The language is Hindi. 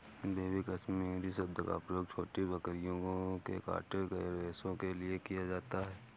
बेबी कश्मीरी शब्द का प्रयोग छोटी बकरियों के काटे गए रेशो के लिए किया जाता है